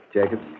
Jacob